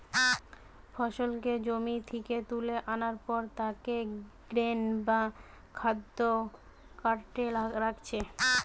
ফসলকে জমি থিকে তুলা আনার পর তাকে গ্রেন বা খাদ্য কার্টে রাখছে